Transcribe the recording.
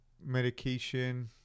medication